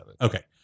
okay